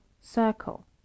circle